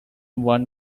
one